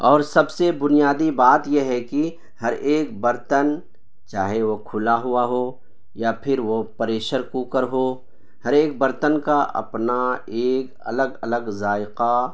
اور سب سے بنیادی بات یہ ہے کہ ہر ایک برتن چاہے وہ کھلا ہوا ہو یا پھر وہ پریشر کوکر ہو ہر ایک برتن کا اپنا ایک الگ الگ ذائقہ